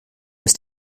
ist